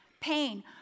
pain